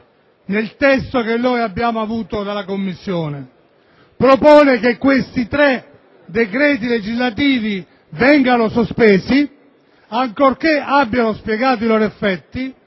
nel testo giunto in Commissione propone che questi tre decreti legislativi vengano sospesi, ancorché abbiano dispiegato i loro effetti.